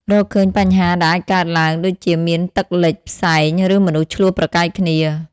រកឃើញបញ្ហាដែលអាចកើតឡើង ដូចជាមានទឹកលិច ផ្សែង ឬមនុស្សឈ្លោះប្រកែកគ្នា។